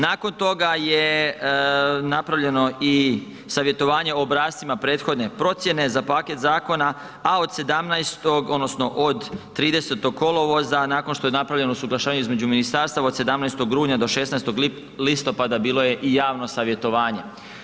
Nakon toga je napravljeno i savjetovanje o obrascima prethodne procjene za paket zakona, a od 30. kolovoza nakon što je napravljeno suglašavanje između ministarstava od 17. rujna do 16. listopada bilo je i javno savjetovanje.